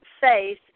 faith